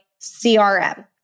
CRM